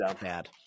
bad